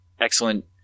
excellent